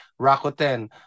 rakuten